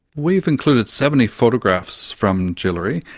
we've included seventy photographs from djulirri.